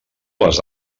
les